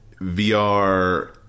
VR